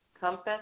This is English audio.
Compass